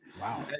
wow